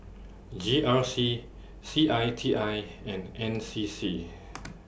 G R C C I T I and N C C